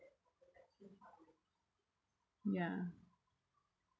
ya